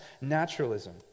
naturalism